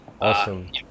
awesome